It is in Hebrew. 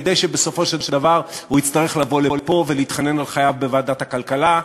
כדי שבסופו של דבר הוא יצטרך לבוא לפה ולהתחנן על חייו בוועדת הכלכלה,